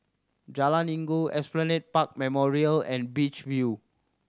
Jalan Inggu Esplanade Park Memorial and Beach View